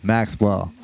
Maxwell